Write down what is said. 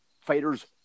fighters